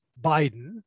Biden